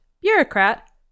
Bureaucrat